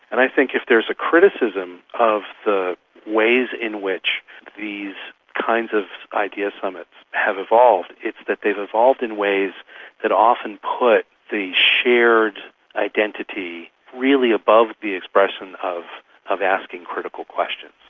and i think if there is a criticism of the ways in which these kinds of idea summits have evolved it's that they've evolved in ways that have often put the shared identity really above the expression of of asking critical questions.